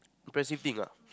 impressive thing ah